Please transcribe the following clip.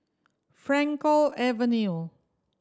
Frankel Avenue